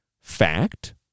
fact